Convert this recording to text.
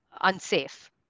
unsafe